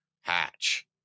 hatch